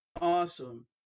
Awesome